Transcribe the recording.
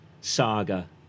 saga